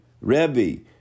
Rebbe